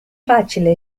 facile